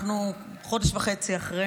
אנחנו חודש וחצי אחרי.